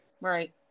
Right